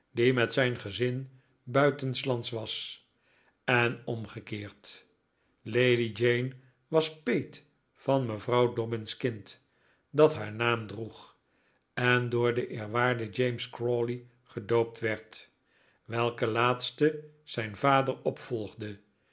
met zijn gezin buitenslands was en omgekeerd lady jane was peet van mevrouw dobbin's kind dat haar naam droeg en door den eerwaarden james crawley gedoopt werd welke laatste zijn vader opvolgde